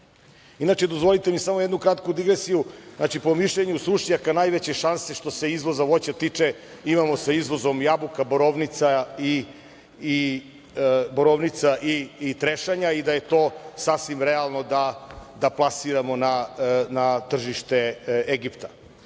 dozvolite mi samo jednu kratku digresiju, po mišljenju stručnjaka najveće šanse što se izvoza voća tiče imamo sa izvozom jabuka, borovnica i trešanja i da je to sasvim realno da plasiramo na tržište Egipta. Sa